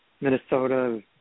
Minnesota